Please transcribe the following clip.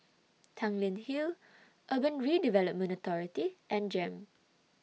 Tanglin Hill Urban Redevelopment Authority and Jem